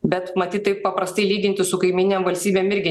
bet matyt taip paprastai lyginti su kaimyninėm valstybėm irgi